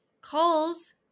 Calls